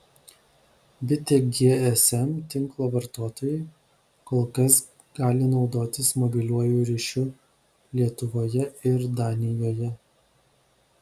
bitė gsm tinklo vartotojai kol kas gali naudotis mobiliuoju ryšiu lietuvoje ir danijoje